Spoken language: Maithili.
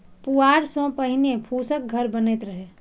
पुआर सं पहिने फूसक घर बनैत रहै